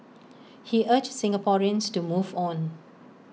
he urged Singaporeans to move on